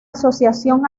asociación